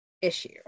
issue